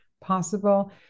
possible